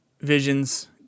visions